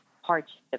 hardship